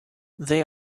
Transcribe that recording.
they